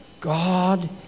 God